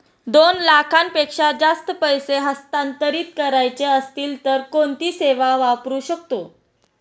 दोन लाखांपेक्षा जास्त पैसे हस्तांतरित करायचे असतील तर कोणती सेवा वापरू शकतो?